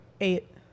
Eight